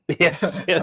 Yes